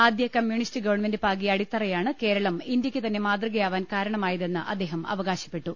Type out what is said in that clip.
ആദ്യകമ്യൂണിസ്റ്റ് government പാകിയ അടിത്തറയാണ് കേരളം ഇന്ത്യയ്ക്ക് തന്നെ മാതൃകയാ വാൻ കാരണമായതെന്ന് അദ്ദേഹം അവകാശപ്പെട്ടു